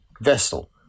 vessel